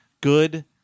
good